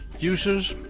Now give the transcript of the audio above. users.